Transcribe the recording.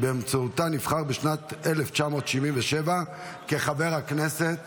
ובאמצעותה נבחר בשנת 1977 לחבר הכנסת